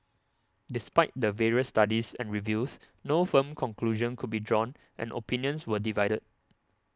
despite the various studies and reviews no firm conclusion could be drawn and opinions were divided